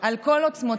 על כל עוצמותיה,